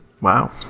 Wow